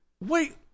Wait